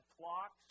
clocks